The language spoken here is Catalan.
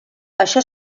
això